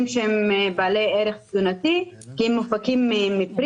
לנסוע לפראג ולמקומות נוספים הוא מטיל עליו מס.